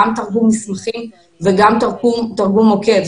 גם תרגום מסמכים וגם תרגום עוקב.